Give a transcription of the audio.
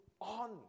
on